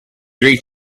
three